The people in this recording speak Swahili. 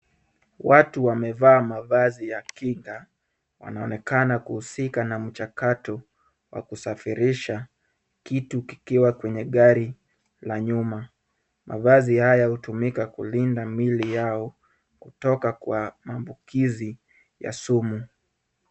Watu wamevaa mavazi ya kinga wanaonekana kuhusika na mchakato wa kusafirisha. Kitu kikiwa kwenye gari la nyuma. Mavazi haya hutumika kulinda miili yao kutoka kwa mambukizi ya sumu.